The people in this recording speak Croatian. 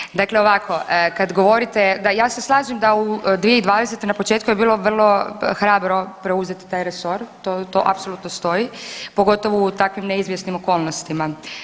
Aha, o.k. Dakle ovako, kad govorite, da ja se slažem da u 2020. na početku je bilo vrlo hrabro preuzeti taj resor, to apsolutno stoji pogotovo u takvim neizvjesnim okolnostima.